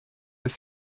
les